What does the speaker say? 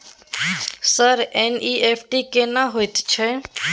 Sir NEFT केना होयत छै?